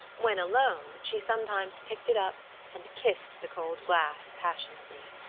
when alone she sometimes picked it up and kissed the cold glass passionately.